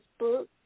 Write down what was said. Facebook